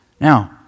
Now